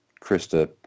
Krista